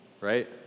right